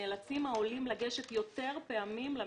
נאלצים העולים לגשת יותר פעמים למבחן,